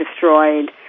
destroyed